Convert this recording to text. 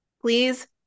Please